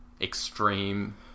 extreme